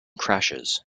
crashes